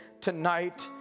tonight